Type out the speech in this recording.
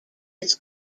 its